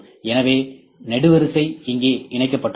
எனவே நெடுவரிசை இங்கே இணைக்கப்பட்டுள்ளது